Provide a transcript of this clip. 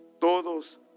todos